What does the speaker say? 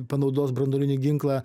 panaudos branduolinį ginklą